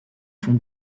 font